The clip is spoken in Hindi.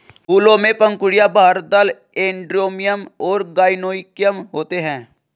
फूलों में पंखुड़ियाँ, बाह्यदल, एंड्रोमियम और गाइनोइकियम होते हैं